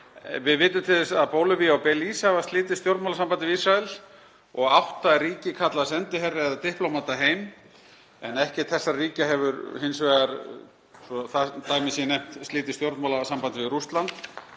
Við vitum til þess að Bólivía og Belís hafa slitið stjórnmálasambandi við Ísrael og átta ríki kallað sendiherra eða diplómata heim, en ekkert þessara ríkja hefur hins vegar, svo að það dæmi sé nefnt, slitið stjórnmálasambandi við Rússland.